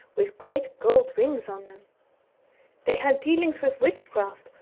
with great gold rings on them they had dealings with witchcraft,